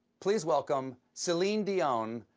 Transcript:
please welcome celine dion,